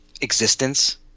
existence